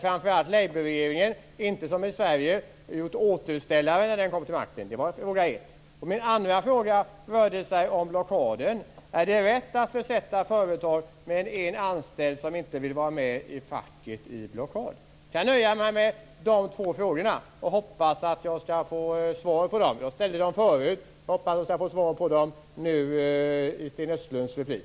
Framför allt har inte labourregeringen gjort återställare, som i Sverige, när den kom till makten. Det var fråga ett. Min andra fråga rör blockaden. Är det rätt att försätta ett företag med en anställd som inte vill vara med i facket i blockad? Jag kan nöja mig med dessa två frågor och hoppas att jag får svar på dem. Jag ställde dem förut och hoppas att jag får svar på dem nu i Sten Östlunds replik.